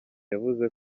yavuze